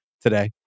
today